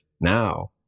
now